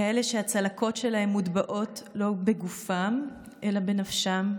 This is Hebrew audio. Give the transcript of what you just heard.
כאלה שהצלקות שלהם מוטבעות לא בגופם, אלא בנפשם,